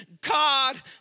God